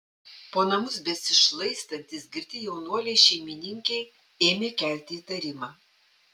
po namus besišlaistantys girti jaunuoliai šeimininkei ėmė kelti įtarimą